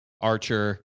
Archer